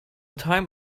time